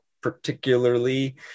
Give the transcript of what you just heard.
particularly